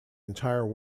entire